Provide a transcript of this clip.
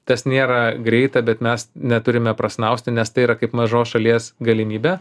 tas nėra greita bet mes neturime prasnausti nes tai yra kaip mažos šalies galimybė